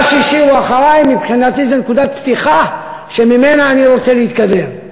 מה שהשאירו לפני מבחינתי זו נקודת פתיחה שממנה אני רוצה להתקדם.